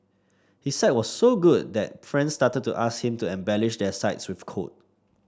his site was so good that friends started to ask him to embellish their sites with code